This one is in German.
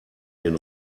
den